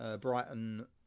Brighton